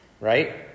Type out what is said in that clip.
right